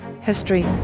history